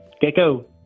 Gecko